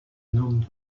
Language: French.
nomme